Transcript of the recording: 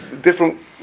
different